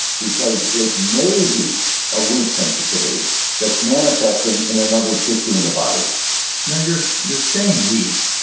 because it may be a wheat sensitivity that's manifesting in another tissue in the body now, you're you're saying wheat,